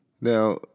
Now